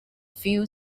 fuel